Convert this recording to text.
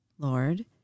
Lord